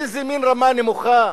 איזה מין רמה נמוכה,